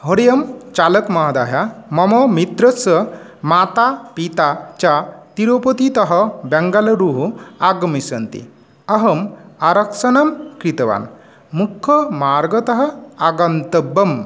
हरिः ओं चालकमहोदय मम मित्रस्य माता पिता च तिरुपतितः बेङ्गलूरु आगमिष्यन्ति अहम् आरक्षणं कृतवान् मुख्यमार्गतः आगन्तव्यम्